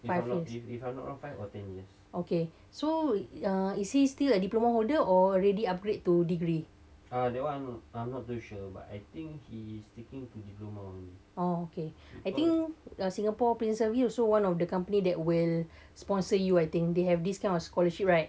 five years okay so uh is he still a diploma holder already upgrade to degree oh okay I think uh singapore preserving also one of the company that will sponsor you I think they have this kind of scholarship right